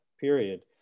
period